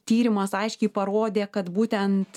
tyrimas aiškiai parodė kad būtent